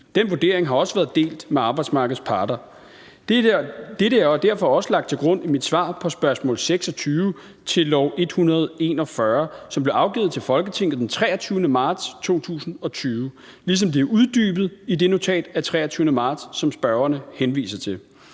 Den vurdering har også været delt med arbejdsmarkedets parter. Dette er derfor også lagt til grund i mit svar på spørgsmål 26 til lovforslag 141, som blev afgivet til Folketinget den 23. marts 2020, ligesom det er uddybet i det notat af 23. marts, som spørgerne henviser til.